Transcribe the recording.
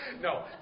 No